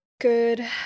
good